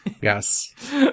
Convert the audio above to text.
Yes